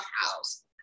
house